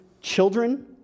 children